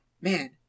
man